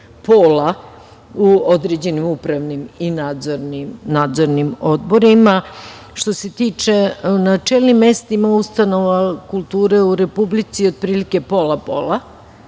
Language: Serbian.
pola u određenim upravnim i nadzornim odborima. Na čelnim mestima ustanova kulture u Republici je otprilike pola-pola